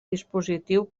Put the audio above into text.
dispositiu